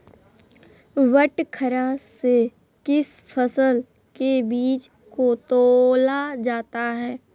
बटखरा से किस फसल के बीज को तौला जाता है?